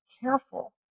careful